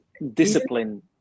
Discipline